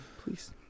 please